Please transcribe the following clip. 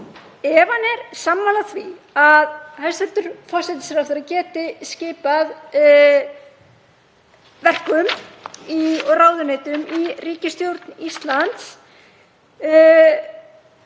ef hann er sammála því að hæstv. forsætisráðherra geti skipað verkum í ráðuneytum í ríkisstjórn Íslands,